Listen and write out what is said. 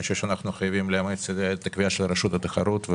אני חושב שאנחנו חייבים לאמץ את הקביעה של רשות התחרות,